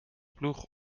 ploeg